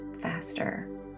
faster